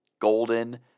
Golden